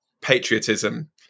patriotism